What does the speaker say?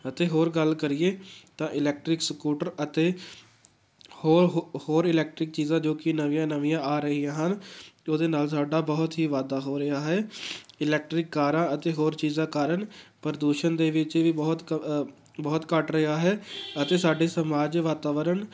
ਅਤੇ ਹੋਰ ਗੱਲ ਕਰੀਏ ਤਾਂ ਇਲੈਕਟ੍ਰਿਕ ਸਕੂਟਰ ਅਤੇ ਹੋਰ ਹੋਰ ਇਲੈਕਟ੍ਰਿਕ ਚੀਜ਼ਾਂ ਜੋ ਕਿ ਨਵੀਆਂ ਨਵੀਆਂ ਆ ਰਹੀਆਂ ਹਨ ਉਹਦੇ ਨਾਲ਼ ਸਾਡਾ ਬਹੁਤ ਹੀ ਵਾਧਾ ਹੋ ਰਿਹਾ ਹੈ ਇਲੈਕਟ੍ਰਿਕ ਕਾਰਾਂ ਅਤੇ ਹੋਰ ਚੀਜ਼ਾਂ ਕਾਰਨ ਪ੍ਰਦੂਸ਼ਣ ਦੇ ਵਿੱਚ ਵੀ ਬਹੁਤ ਕ ਬਹੁਤ ਘੱਟ ਰਿਹਾ ਹੈ ਅਤੇ ਸਾਡੇ ਸਮਾਜ ਵਾਤਾਵਰਣ